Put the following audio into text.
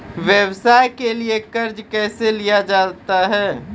व्यवसाय के लिए कर्जा कैसे लिया जाता हैं?